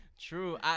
True